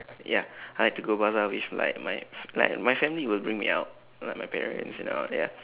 ya I like to go bazaar with like my like my family will bring me out like my parents and all ya